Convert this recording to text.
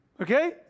Okay